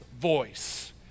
voice